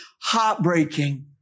heartbreaking